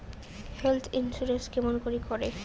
Health insurance কেমন করি করে?